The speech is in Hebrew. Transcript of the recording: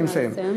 נא לסיים.